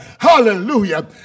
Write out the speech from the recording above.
Hallelujah